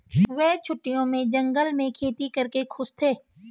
वे छुट्टियों में जंगल में खेती करके खुश थे